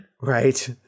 Right